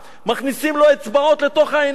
מכניסים לו אצבעות לתוך העיניים,